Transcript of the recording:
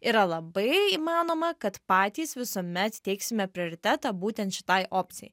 yra labai įmanoma kad patys visuomet teiksime prioritetą būtent šitai opcijai